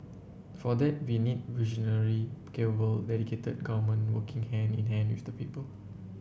for that we need visionary capable dedicated government working hand in hand with the people